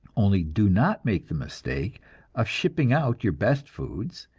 only do not make the mistake of shipping out your best foods,